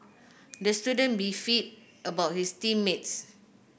the student about his team mates